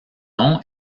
nom